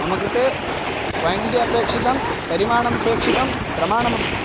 मम कृते क्वेण्टिटि अपेक्षितं परिमाणमपेक्षितं प्रमाणमपि